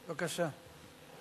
בבקשה.